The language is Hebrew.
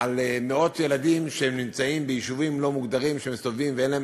על מאות ילדים שנמצאים ביישובים לא מוגדרים ומסתובבים ואין להם